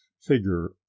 figure